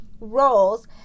roles